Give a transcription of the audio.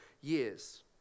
years